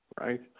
right